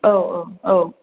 औ औ औ